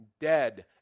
dead